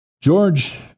George